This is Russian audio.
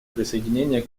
присоединение